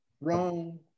wrong